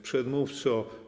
Przedmówco!